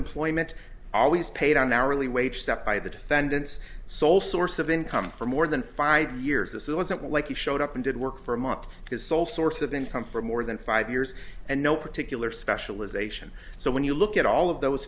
employment always paid on hourly wage step by the defendant's sole source of income for more than five years this it wasn't like you showed up and did work for him up his sole source of income for more than five years and no particular specialisation so when you look at all of those